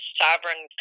sovereign